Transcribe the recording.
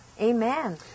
Amen